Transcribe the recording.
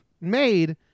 made